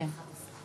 אני צוחקת.